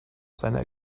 seine